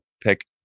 pick